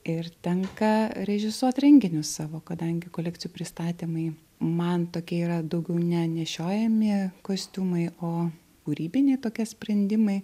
ir tenka režisuot renginius savo kadangi kolekcijų pristatymai man tokie yra daugiau ne nešiojami kostiumai o kūrybiniai tokie sprendimai